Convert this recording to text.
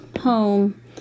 home